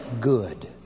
good